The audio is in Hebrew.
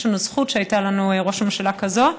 יש לנו זכות שהייתה לנו ראש ממשלה כזאת.